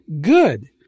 good